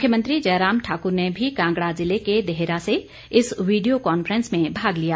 मुख्यमंत्री जयराम ठाकुर ने भी कांगड़ा जिले के देहरा से इस वीडियो कॉन्फ्रेंस में भाग लिया